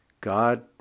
God